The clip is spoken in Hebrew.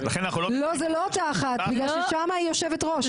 לא, זה לא אותה אחת, בגלל ששם היא יושבת ראש.